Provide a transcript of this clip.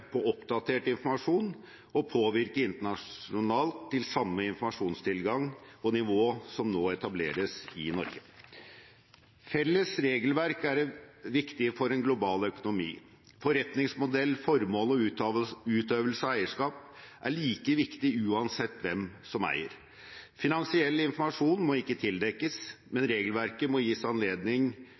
på oppdatert informasjon og påvirke internasjonalt til samme informasjonstilgang og nivå som nå etableres i Norge. Felles regelverk er viktig for en global økonomi – forretningsmodell, formål og utøvelse av eierskap er like viktig uansett hvem som eier. Finansiell informasjon må ikke tildekkes, men regelverket må gi anledning